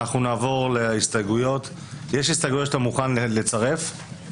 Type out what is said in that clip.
יש הסתייגויות שאתה מוכן לצרף?